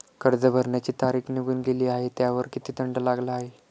कर्ज भरण्याची तारीख निघून गेली आहे त्यावर किती दंड लागला आहे?